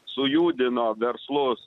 sujudino verslus